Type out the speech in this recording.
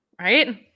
Right